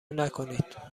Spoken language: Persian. نکنید